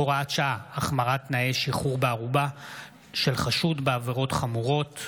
הוראת שעה) (החמרת תנאי שחרור בערובה של חשוד בעבירות חמורות),